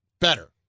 better